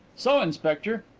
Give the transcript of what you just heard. so, inspector,